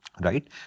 Right